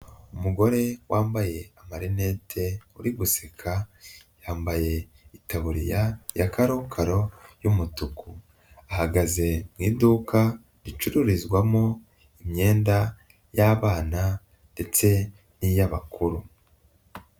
Umugore wambaye amarinete uri guseka, yambaye itaburiya ya karokaro y'umutuku. ahagaze mu iduka ricururizwamo imyenda y'abana ndetse n'iy'abakuru.